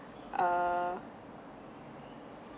err